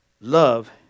love